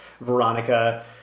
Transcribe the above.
Veronica